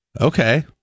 Okay